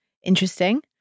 interesting